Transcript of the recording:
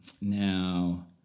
Now